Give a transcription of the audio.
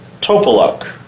Topolok